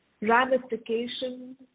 Ramification